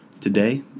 Today